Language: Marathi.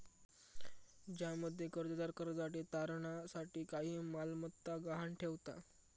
ज्यामध्ये कर्जदार कर्जासाठी तारणा साठी काही मालमत्ता गहाण ठेवता